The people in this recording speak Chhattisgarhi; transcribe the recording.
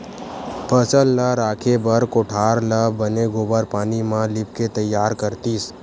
फसल ल राखे बर कोठार ल बने गोबार पानी म लिपके तइयार करतिस